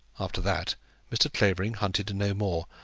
after that mr. clavering hunted no more,